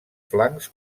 flancs